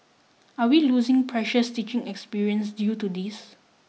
are we losing precious teaching experience due to this